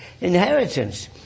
inheritance